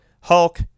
Hulk